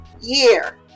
year